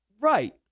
Right